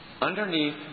Underneath